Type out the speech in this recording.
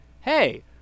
hey